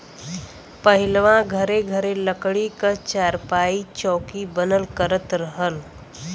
पहिलवां घरे घरे लकड़ी क चारपाई, चौकी बनल करत रहल